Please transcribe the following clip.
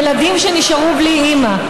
ילדים שנשארו בלי אימא,